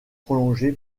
prolongé